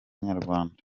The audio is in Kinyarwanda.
nyarwanda